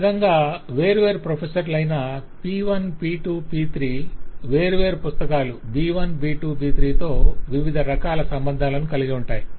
ఈ విధంగా వేర్వేరు ప్రొఫెసర్లు అయిన P1 P2 P3 వేర్వేరు పుస్తకాలు B1 B2 B3 తో వివిధ రకాల సంబంధాలను కలిగి ఉంటాయి